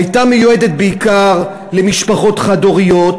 הייתה מיועדת בעיקר למשפחות חד-הוריות,